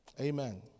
Amen